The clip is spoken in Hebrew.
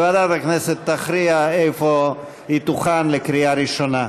ועדת הכנסת תכריע איפה היא תוכן לקריאה הראשונה.